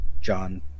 John